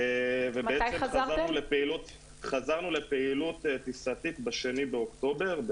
וחזרנו לפעילות טיסתית ב-2 באוקטובר,